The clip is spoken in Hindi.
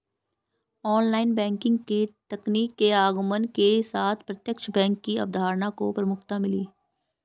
ऑनलाइन बैंकिंग तकनीक के आगमन के साथ प्रत्यक्ष बैंक की अवधारणा को प्रमुखता मिली